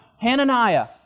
Hananiah